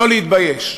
לא להתבייש,